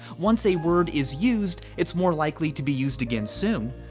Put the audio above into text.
once a word is used, it's more likely to be used again soon.